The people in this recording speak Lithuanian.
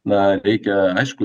na reikia aišku